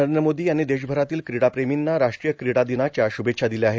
नरेंद्र मोदी यांनी देशभरातील क्रीडाप्रेमींना राष्ट्रीय क्रीडा दिनाच्या श्रभेच्छा दिल्या आहेत